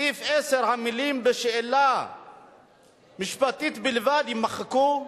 סעיף 10, המלים "בשאלה משפטית בלבד" יימחקו,